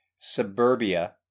suburbia